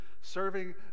serving